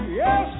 yes